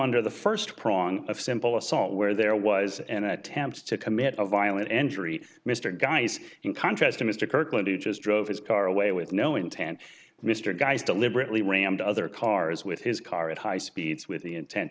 under the first prong of simple assault where there was an attempt to commit a violent entry mr guys in contrast to mr kirkland who just drove his car away with no intent mr guys deliberately rammed other cars with his car at high speeds with the intent